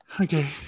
Okay